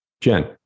Jen